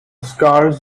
scars